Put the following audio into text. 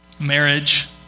marriage